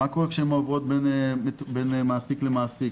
מה קורה כשהן עוברות בין מעסיק למעסיק